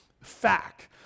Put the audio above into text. fact